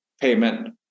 payment